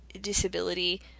disability